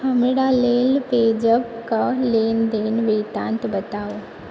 हमरा लेल पेजैप कऽ लेनदेन वृतांत बताउ